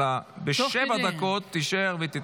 אלא תישאר בשבע דקות ותתרגם,